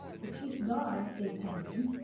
the chief god is tengri,